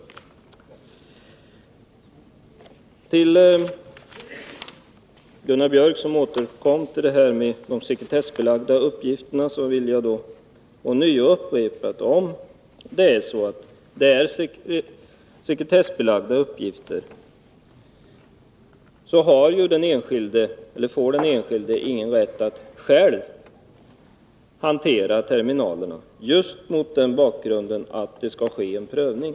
För Gunnar Biörck i Värmdö, som återkom till detta med de sekretessbelagda uppgifterna, vill jag upprepa att om det är sekretessbelagda uppgifter, så får den enskilde ingen rätt att själv hantera terminalerna just mot den bakgrunden, att det skall ske en prövning.